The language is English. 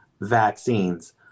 vaccines